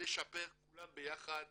ונשפר כולם ביחד,